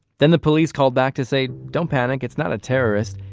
then the police called back to say, don't panic, it's not a terrorist,